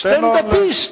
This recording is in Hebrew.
סטנדאפיסט.